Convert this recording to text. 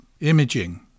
imaging